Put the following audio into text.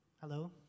hello